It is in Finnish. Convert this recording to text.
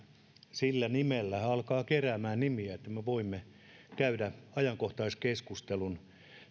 sillä nimellä alkaa keräämään nimiä me voimme käydä ajankohtaiskeskustelun